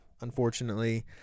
unfortunately